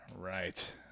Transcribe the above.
right